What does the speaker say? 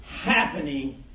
happening